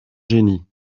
génie